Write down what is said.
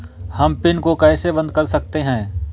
हम पिन को कैसे बंद कर सकते हैं?